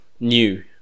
new